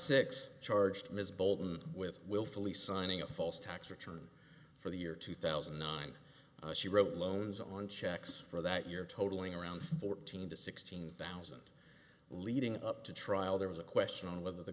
six charged is bolton with willfully signing a false tax return for the year two thousand and nine she wrote loans on checks for that your totaling around fourteen to sixteen thousand leading up to trial there was a question on whether the